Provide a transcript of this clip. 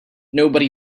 nobody